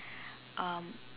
um